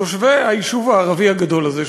תושבי היישוב הערבי הגדול הזה,